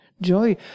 joy